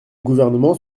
gouvernement